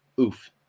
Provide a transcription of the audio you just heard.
Oof